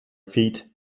feet